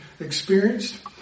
experienced